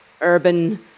urban